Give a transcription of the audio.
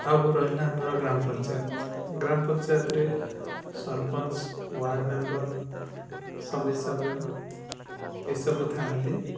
ଆଉ ରହିଲା ଆମର ଗ୍ରାମ ପଞ୍ଚାୟତ ଗ୍ରାମ ପଞ୍ଚାୟତରେ ସରପଞ୍ଚ ୱାର୍ଡ଼ ମେମ୍ବର୍ ସମିତି ସଭ୍ୟ ଏସବୁ ଥାଆନ୍ତି